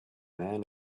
man